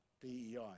DEI